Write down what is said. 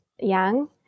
young